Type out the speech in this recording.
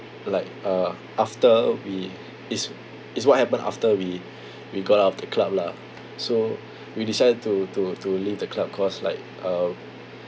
like uh after we is is what happened after we we got out of the club lah so we decided to to to leave the club cause like uh